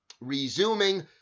resuming